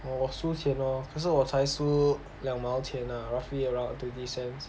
orh 我输钱咯可是我才输两毛钱 lah roughly around twenty cents